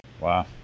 Wow